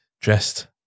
dressed